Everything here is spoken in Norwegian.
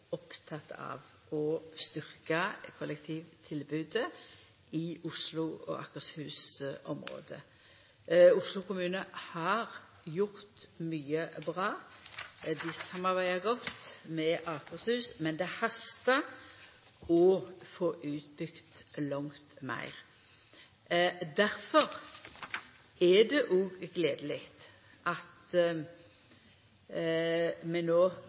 av å styrkja kollektivtilbodet i Oslo og i Akershus-området. Oslo kommune har gjort mykje bra. Dei samarbeider godt med Akershus, men det hastar med å få bygt ut langt meir. Difor er det gledeleg at